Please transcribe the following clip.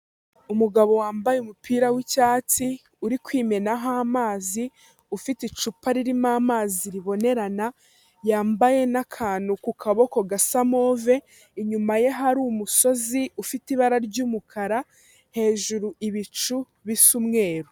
Umugabo wambaye umupira w'icyatsi, uri kwimenaho amazi, ufite icupa ririmo amazi ribonerana, yambaye n'akantu ku kaboko gasa move, inyuma ye hari umusozi ufite ibara ry'umukara, hejuru ibicu bisa umweru.